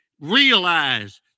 realize